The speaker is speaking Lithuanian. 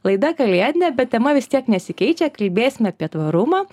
laida kalėdinė bet tema vis tiek nesikeičia kalbėsime apie tvarumą